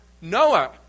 Noah